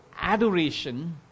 adoration